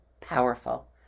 powerful